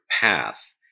path